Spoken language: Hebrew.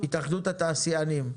התאחדות התעשיינים,